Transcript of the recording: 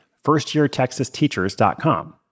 firstyeartexasteachers.com